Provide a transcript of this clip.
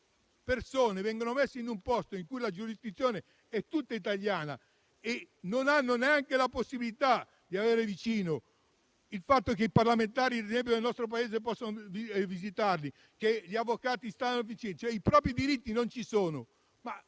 persone vengono messe in un posto in cui la giurisdizione è tutta italiana e non hanno neanche la possibilità di avere vicino i parlamentari del nostro Paese che possano visitarli, o che gli avvocati siano vicini, vengono meno i loro